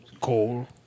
Coal